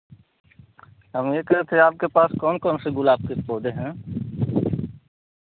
हम यह कह रहे थे आपके पास कौन कौन से गुलाब के पौधे हैं